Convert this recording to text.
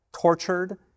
tortured